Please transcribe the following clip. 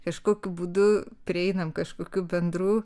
kažkokiu būdu prieinam kažkokių bendrų